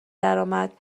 درآمد